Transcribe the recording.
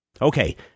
Okay